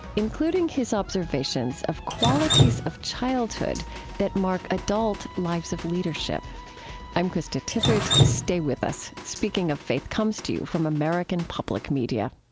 including his observations of qualities of childhood that mark adult lives of leadership i'm krista tippett. stay with us. speaking of faith comes to you from american public media